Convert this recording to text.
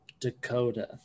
Dakota